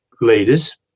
leaders